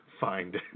find